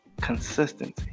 consistency